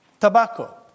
Tobacco